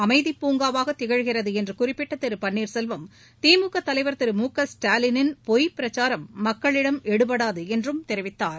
அமைதிப்பூங்காவாகத் தமிழகம் திகழ்கிறது என்று குறிப்பிட்ட திரு பன்னீர் செல்வம் திமுக தலைவர் திரு மு க ஸ்டாலினின் பொய் பிரச்சாரம் மக்களிடம் எடுபடாது என்றும் தெரிவித்தார்